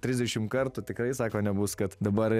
trisdešimt kartų tikrai sako nebus kad dabar